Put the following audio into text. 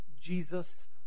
Jesus